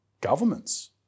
governments